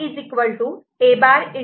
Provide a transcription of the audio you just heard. B' A